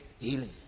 healing